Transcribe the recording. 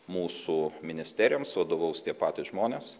mūsų ministerijoms vadovaus tie patys žmonės